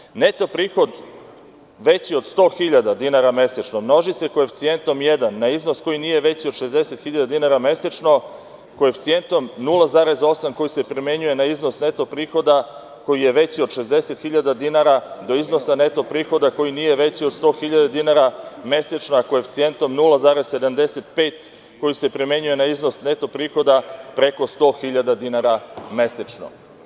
Nastavak: „Neto prihod veći od 100.000 dinara mesečno množi se koeficijentom jedan, na iznos koji nije veći od 60.000 dinara mesečno, koeficijentom 0,8, koji se primenjuje na iznos neto prihoda koji je veći od 60.000 dinara do iznosa neto prihoda koji nije veći od 100.000 dinara mesečno, a koeficijentom 0,75 koji se primenjuje na iznos neto prihoda preko 100.000 dinara mesečno.